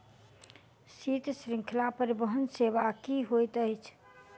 शीत श्रृंखला परिवहन सेवा की होइत अछि?